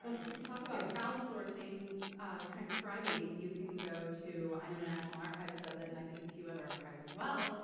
and and talk about crowdsourcing transcribing, you can go to, i know the national archives does it, and i think a few other archives as well,